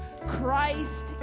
Christ